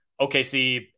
OKC